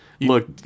Look